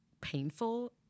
painful